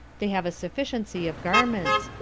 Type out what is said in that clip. they have a sufficiency of garments,